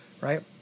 Right